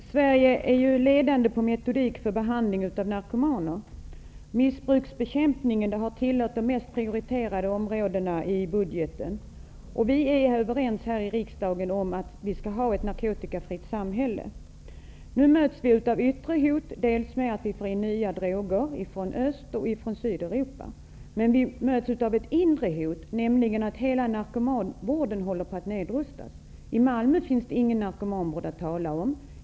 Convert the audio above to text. Herr talman! Sverige är ju ledande när det gäller metodik för behandling av narkomaner. Missbruksbekämpningen har tillhört de mest prioriterade posterna i budgeten. Vi här i riksdagen är överens om att vi skall ha ett narkotikafritt samhälle. Vi möts nu av ett yttre hot. Det kommer in nya droger från Östeuropa och Sydeuropa. Men vi möts också av ett inre hot, nämligen att hela narkomanvården håller på att nedrustas. I Malmö finns det inte någon narkomanvård att tala om.